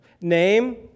Name